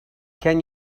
can